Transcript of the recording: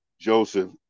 Joseph